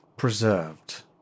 Preserved